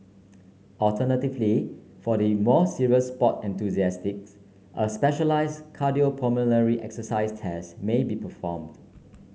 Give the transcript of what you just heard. alternatively for the more serious sports enthusiasts a specialised cardiopulmonary exercise test may be performed